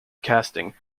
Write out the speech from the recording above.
casting